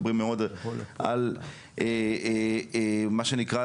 על מה שנקרא,